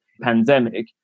pandemic